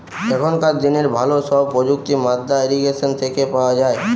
এখনকার দিনের ভালো সব প্রযুক্তি মাদ্দা ইরিগেশন থেকে পাওয়া যায়